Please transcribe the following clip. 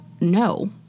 no